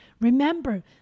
Remember